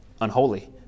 unholy